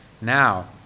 now